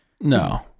No